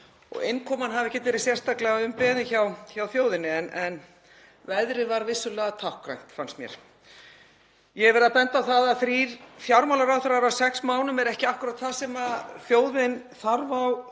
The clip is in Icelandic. og innkoman hafi ekkert verið sérstaklega umbeðin hjá þjóðinni, en veðrið var vissulega táknrænt, fannst mér. Ég hef verið að benda á það að þrír fjármálaráðherrar á sex mánuðum er ekki akkúrat það sem þjóðin þarf á